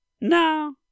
No